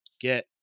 get